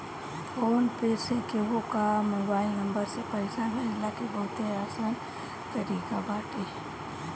phone पे से केहू कअ मोबाइल नंबर से पईसा भेजला के बहुते आसान तरीका बाटे